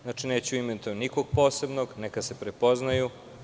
Znači, neću da imenujem nikog posebno neka se prepoznaju.